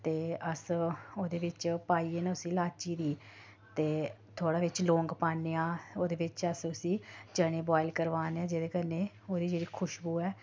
ते अस ओह्दे बिच्च पाइयै न उसी लाची गी ते थोह्ड़ा बिच्च लौंग पान्ने आं ओह्दे बिच अस उसी चने बोआइल करवाने आं जेह्दे कन्नै ओह्दी जेह्ड़ी खुश्बु ऐ